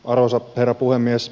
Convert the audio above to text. arvoisa herra puhemies